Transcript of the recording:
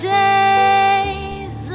days